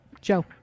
Joe